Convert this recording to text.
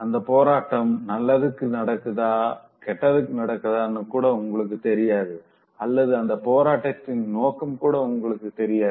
அந்த போராட்டம் நல்லதுக்கு நடக்குதா கெட்டதுக்கு நடக்குதானு கூட உங்களுக்கு தெரியாது அல்லது அந்த போராட்டத்தின் நோக்கம் கூட உங்களுக்கு தெரியாது